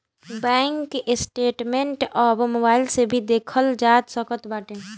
bank statement अब mobile से भी देखल जा सकत बाटे